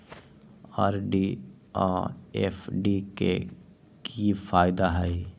RD आ FD के कि फायदा हई?